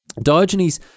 Diogenes